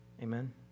Amen